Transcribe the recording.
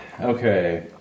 Okay